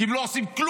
כי הם לא עושים כלום